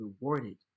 rewarded